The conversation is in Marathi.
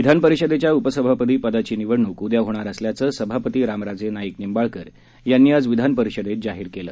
विधानपरिषदेच्या उपसभापती पदाची निवडणूक उद्या होणार असल्याचं सभापती रामराजे नाईक निंबाळकर यांनी आज विधानपरिषदेत जाहीर केलं